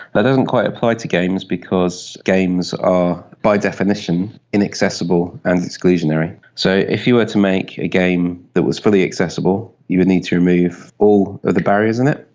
that doesn't quite apply to games because games are by definition inaccessible and exclusionary. so if you were to make a game that was fully accessible, you would need to remove all of the barriers in it.